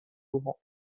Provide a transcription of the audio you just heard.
laurent